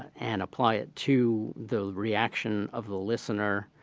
and apply it to the reaction of the listener,